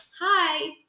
hi